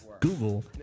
Google